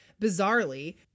Bizarrely